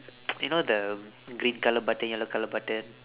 you know the green colour button yellow colour button